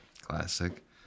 Classic